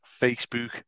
Facebook